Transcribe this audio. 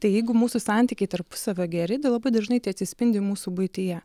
tai jeigu mūsų santykiai tarpusavio geri tai labai dažnai tai atsispindi mūsų buityje